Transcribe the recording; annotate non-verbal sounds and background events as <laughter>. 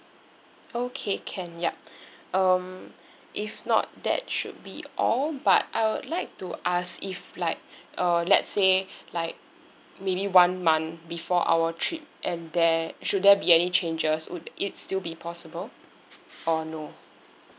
okay can yup <breath> um if not that should be all but I would like to ask if like uh let's say like maybe one month before our trip and there should there be any changes would it still be possible or no